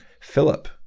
Philip